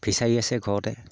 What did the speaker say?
fishery আছে ঘৰতে